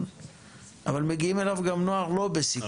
נכון?